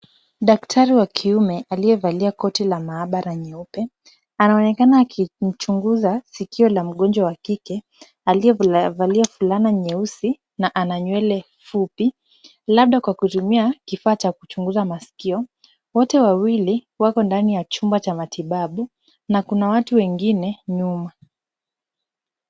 Daktari wa kiume aliyevalia koti la maabara nyeupe anaonekana akimchunguza sikio la mgonjwa wa kike aliyevalia fulana nyeusi na ana nywele fupi labda kwa kutumia kifaa cha kuchunguza masikio. Wote wawili wako ndani ya chumba cha matibabu na kuna watu wengine nyuma.